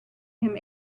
him